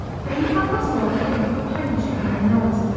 for he felt once more the feeling of companionship in their noise,